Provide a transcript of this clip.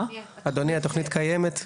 אדוני, התכנית קיימת.